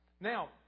Now